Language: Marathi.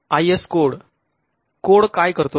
आय एस कोड कोड काय करतो